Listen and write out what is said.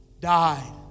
died